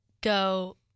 go